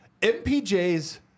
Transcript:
MPJs